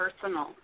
personal